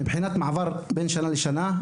מבחינת מעבר בין שנה לשנה,